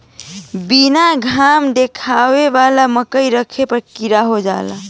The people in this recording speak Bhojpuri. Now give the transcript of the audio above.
बीना घाम देखावले मकई रखे पर कीड़ा हो जाला